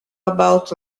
about